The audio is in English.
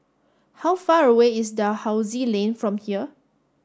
how far away is Dalhousie Lane from here